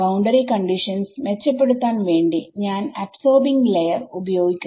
boundary conditions മെച്ചപ്പെടുത്താൻ വേണ്ടി ഞാൻ അബ്സോർബിങ് ലെയർ ഉപയോഗിക്കുന്നു